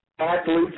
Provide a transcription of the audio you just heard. Athletes